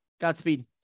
Godspeed